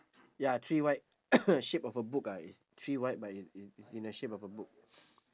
ya three white shape of a book ah is three white but it's in it's in the shape of a book